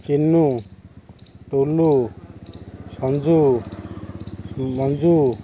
କିନୁ Tulu Sanju Manju